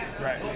Right